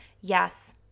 yes